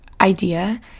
idea